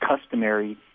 customary